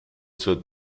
zur